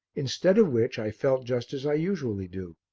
instead of which i felt just as i usually do.